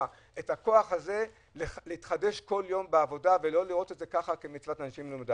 את הכוח להתחדש כל יום בעבודה ולא כמצוות אנשים מלומדה.